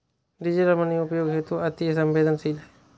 digital money उपयोग हेतु अति सवेंदनशील है